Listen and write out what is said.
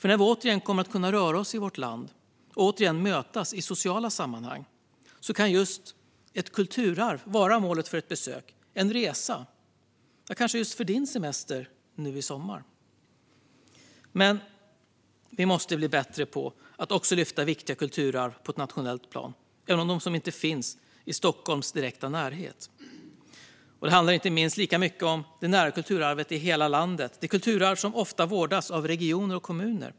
När vi återigen kommer att kunna röra oss i vårt land och återigen mötas i sociala sammanhang kan just ett kulturarv vara målet för ett besök, en resa, eller kanske just för din semester nu i sommar. Men vi måste bli bättre på att också lyfta fram viktiga kulturarv på ett nationellt plan, även de som inte finns i Stockholms direkta närhet. Det handlar minst lika mycket om det nära kulturarvet i hela landet. Det är de kulturarv som ofta vårdas av regioner och kommuner.